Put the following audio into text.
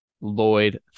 Lloyd